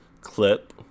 clip